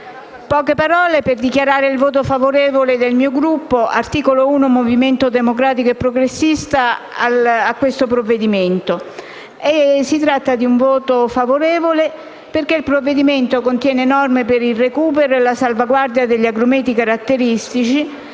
poche parole per dichiarare il voto favorevole del mio Gruppo, Articolo 1 - Movimento Democratico e Progressista, al provvedimento oggi al nostro esame. Si tratta di un voto favorevole, perché il provvedimento contiene norme per il recupero e la salvaguardia degli agrumeti caratteristici